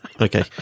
Okay